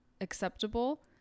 acceptable